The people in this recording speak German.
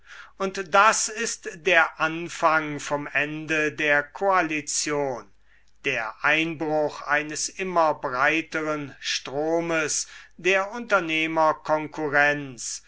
und das ist der anfang vom ende der koalition der einbruch eines immer breiteren stromes der